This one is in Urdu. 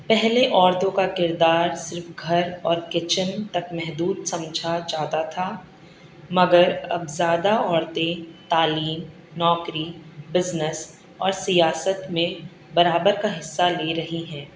پہلے عورتوں کا کردار صرف گھر اور کچن تک محدود سمجھا جاتا تھا مگر اب زیادہ عورتیں تعلیم نوکری بزنس اور سیاست میں برابر کا حصہ لے رہی ہیں